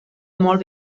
molt